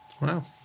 Wow